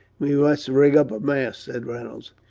we must rig up a mast said reynolds.